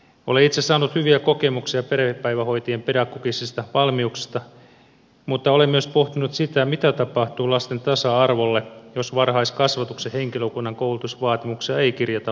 olen itse saanut hyviä kokemuksia perhepäivähoitajien pedagogisista valmiuksista mutta olen myös pohtinut sitä mitä tapahtuu lasten tasa arvolle jos varhaiskasvatuksen henkilökunnan koulutusvaatimuksia ei kirjata lakiin